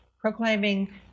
proclaiming